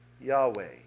Yahweh